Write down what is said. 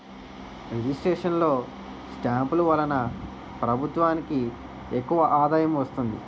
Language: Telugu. రిజిస్ట్రేషన్ లో స్టాంపులు వలన ప్రభుత్వానికి ఎక్కువ ఆదాయం వస్తుంది